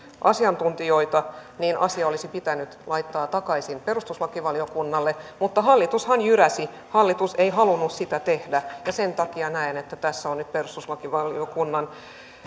asiantuntijoita asia olisi pitänyt laittaa takaisin perustuslakivaliokunnalle mutta hallitushan jyräsi hallitus ei halunnut sitä tehdä sen takia näen että tässä on nyt perustuslakivaliokunnan